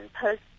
post